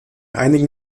einigen